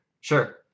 Sure